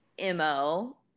MO